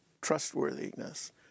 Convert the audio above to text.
trustworthiness